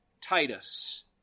Titus